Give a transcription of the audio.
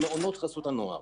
במעונות חסות הנוער,